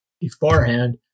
beforehand